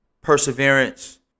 perseverance